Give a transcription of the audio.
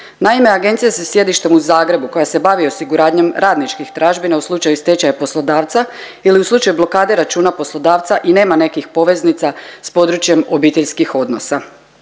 Naime agencija sa sjedištem u Zagrebu koja se bavi osiguranjem radničkih tražbina u slučaju stečaja poslodavca ili u slučaju blokade računa poslodavca i nema nekih poveznica s područjem obiteljskih odnosa.